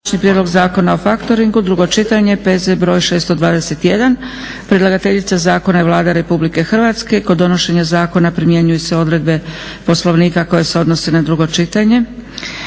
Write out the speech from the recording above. prijedlog Zakona o faktoringu, drugo čitanje, P.Z. br. 621. Predlagateljica zakona je Vlada Republike Hrvatske. Kod donošenja zakona primjenjuju se odredbe Poslovnika koje se odnose na drugo čitanje.